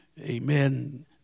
amen